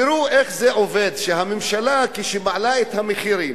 תראו איך זה עובד, הממשלה, כשהיא מעלה את המחירים,